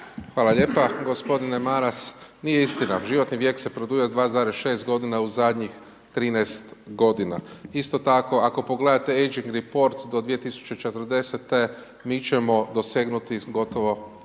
Hvala lijepa. G. Maras, nije istina, životni vijek se produljio 2,6 godina u zadnjih 13 godina. Isto tako, ako pogledate Ageing Report do 2040., mi ćemo dosegnuti gotovo